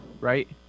right